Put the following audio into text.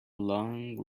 long